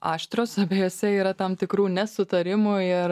aštrios abiejose yra tam tikrų nesutarimų ir